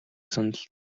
сандал